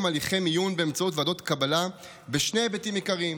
הליכי מיון באמצעות ועדות קבלה בשני היבטים עיקריים: